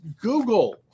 Google